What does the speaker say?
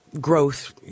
growth